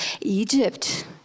Egypt